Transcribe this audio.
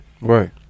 right